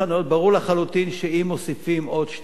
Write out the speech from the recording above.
ברור לחלוטין שאם מוסיפים עוד שתי דירות,